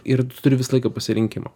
ir tu turi visą laiką pasirinkimą